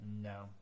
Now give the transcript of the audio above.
No